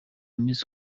miss